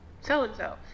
so-and-so